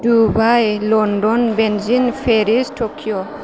Dubai London Beijing Paris Tokyo